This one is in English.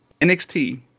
NXT